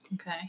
Okay